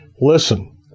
Listen